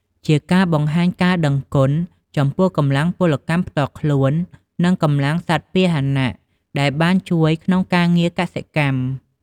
ជាការ បង្ហាញការដឹងគុណ ចំពោះកម្លាំងពលកម្មផ្ទាល់ខ្លួន និងកម្លាំងសត្វពាហនៈដែលបានជួយក្នុងការងារកសិកម្ម។